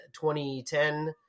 2010